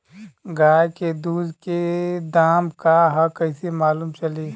गाय के दूध के दाम का ह कइसे मालूम चली?